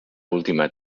última